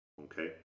Okay